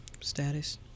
status